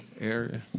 area